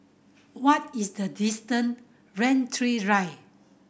what is the distance Rain Tree Drive